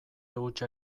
hutsa